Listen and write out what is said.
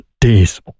Days